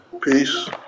Peace